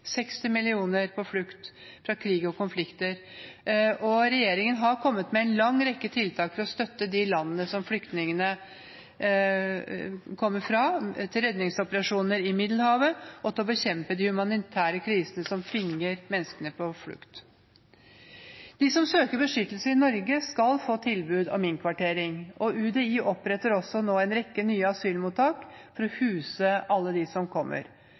60 millioner på flukt fra krig og konflikter – og regjeringen har kommet med en lang rekke tiltak for å støtte de landene som flyktningene kommer fra, til redningsoperasjoner i Middelhavet og til å bekjempe de humanitære krisene som tvinger menneskene på flukt. De som søker beskyttelse i Norge, skal få tilbud om innkvartering, og UDI oppretter også nå en rekke nye asylmottak for å huse alle dem som kommer.